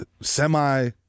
semi